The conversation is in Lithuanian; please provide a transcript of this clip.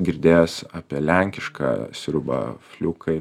girdėjęs apie lenkišką sriubą fliukai